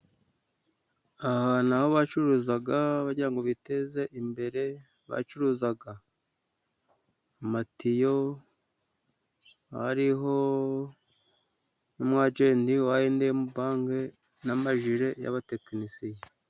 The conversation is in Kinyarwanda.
Aha naho bacuruzaga bagirango ngo biteze imbere, bacuruzaga amatiyo, hariho n'umu ajenti wa I&M banki na majiri y'abatekinisiye.